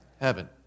Heaven